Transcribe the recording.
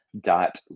dot